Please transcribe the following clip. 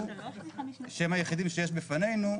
שהם היחידים שנמצאים בפנינו,